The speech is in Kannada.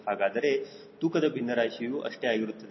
ಹಾಗಾದರೆ ತೂಕದ ಭಿನ್ನರಾಶಿಯು ಅಷ್ಟೇ ಆಗಿರುತ್ತದೆ